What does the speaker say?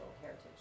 heritage